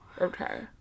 Okay